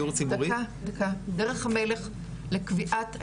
"דרך המלך" לקביעת,